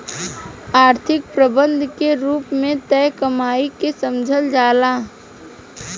आर्थिक प्रबंधन के रूप में तय कमाई के समझल जाला